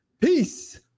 Peace